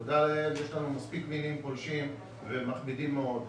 תודה לאל יש לנו מספיק מינים פולשים ומכבידים מאוד.